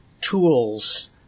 tools